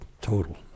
Total